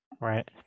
Right